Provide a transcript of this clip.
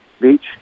beach